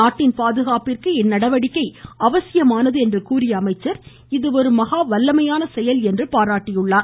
நாட்டின் பாதுகாப்பிற்கு இந்நடவடிக்கை அவசியமானது என்று கூறிய அவர் இது ஒரு மகா வல்லமையான செயல் என்றும் பாராட்டியுள்ளார்